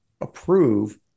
approve